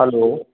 hello